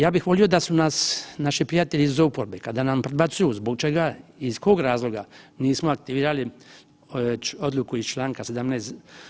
Ja bih volio da su nas naši prijatelji iz oporbe kada nam prebacuju zbog čega i iz kog razloga nismo aktivirali odluku iz čl. 17.